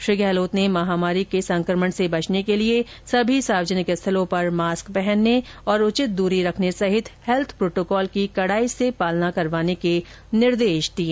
श्री गहलोत ने महामारी के संक्रमण से बचने के लिए सभी सार्वजनिक स्थलों पर मास्क पहनने और उचित दूरी रखने सहित हेल्थ प्रोटोकॉल की कड़ाई से पालना करवाने के निर्देश दिए